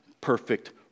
perfect